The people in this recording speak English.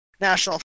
National